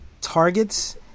targets